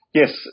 yes